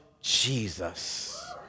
Jesus